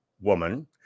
woman